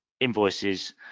invoices